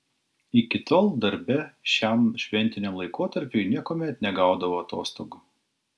iki tol darbe šiam šventiniam laikotarpiui niekuomet negaudavo atostogų